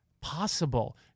possible